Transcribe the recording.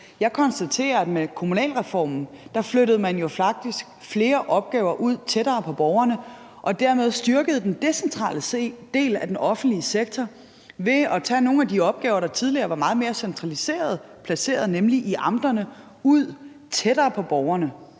Jeg konstaterer, at med kommunalreformen flyttede man jo faktisk flere opgaver ud tættere på borgerne og dermed styrkede den decentrale del af den offentlige sektor, altså ved at tage nogle af de opgaver, der tidligere var meget mere centraliserede, nemlig placeret i amterne, ud tættere på borgerne.